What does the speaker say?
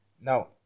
Now